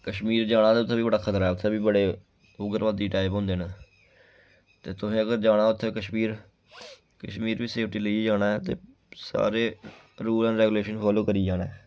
कश्मीर जाना ते उत्थें बी बड़ा खतरा ऐ उत्थै बी बड़े उग्रवादी टाइप होंदे न ते तुसें अगर जाना उत्थें कश्मीर कश्मीर बी सेफ्टी लेइयै जाना ऐ ते सारे रूल ऐड रेगुलेशन फालो करियै जाना ऐ